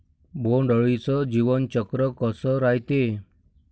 बोंड अळीचं जीवनचक्र कस रायते?